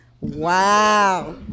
Wow